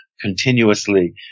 continuously